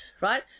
Right